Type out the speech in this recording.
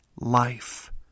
life